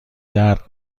درد